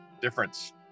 difference